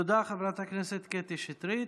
תודה, חברת הכנסת קטי שטרית.